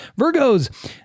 Virgos